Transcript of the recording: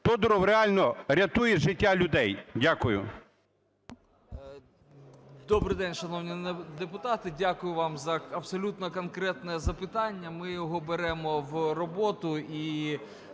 Тодуров реально рятує життя людей. Дякую. 10:19:19 РОЗЕНКО П.В. Добрий день, шановні депутати! Дякую вам за абсолютно конкретне запитання, ми його беремо в роботу.